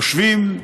יושבים,